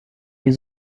les